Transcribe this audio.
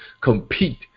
compete